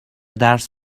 درس